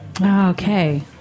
Okay